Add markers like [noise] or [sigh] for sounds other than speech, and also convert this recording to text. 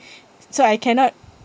[breath] so I cannot